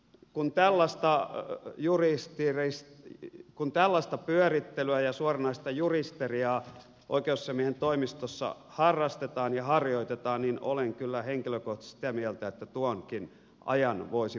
kun tällaista ole juristi eres ja kun tällaista pyörittelyä ja suoranaista juristeriaa oikeusasiamiehen toimistossa harrastetaan ja harjoitetaan niin olen kyllä henkilökohtaisesti sitä mieltä että tuonkin ajan voisi paremmin käyttää